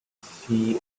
see